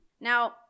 Now